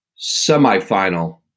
semifinal